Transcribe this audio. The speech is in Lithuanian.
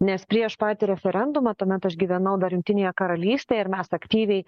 nes prieš patį referendumą tuomet aš gyvenau dar jungtinėje karalystėje ir mes aktyviai